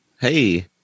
Hey